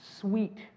sweet